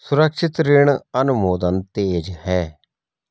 सुरक्षित ऋण अनुमोदन तेज है